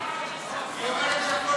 לוועדת החוקה,